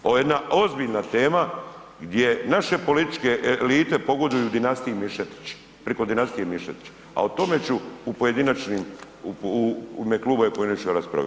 Ovo je jedna ozbiljna tema gdje naše političke elite pogoduju dinastiji Mišetić, priko dinastije Mišetić, a o tome ću u pojedinačnim, u ime kluba i u pojedinačnoj raspravi.